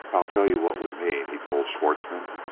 i'll tell you what we mean, he told schwartzmann.